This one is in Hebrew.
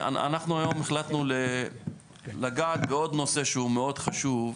אנחנו היום החלטנו לגעת בעוד נושא שהוא מאוד חשוב,